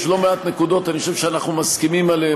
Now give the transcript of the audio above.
יש לא-מעט נקודות שאני חושב שאנחנו מסכימים עליהן,